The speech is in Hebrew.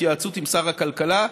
בהתייעצות עם שר הכלכלה,